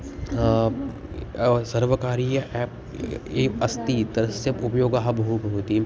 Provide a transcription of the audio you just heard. सर्वकारीय याप् ये अस्ति तस्य उपयोगः बहु भवति